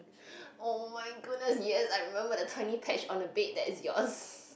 oh my goodness yes I remember the tiny patch on the bed that is yours